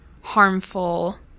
harmful